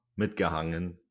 mitgehangen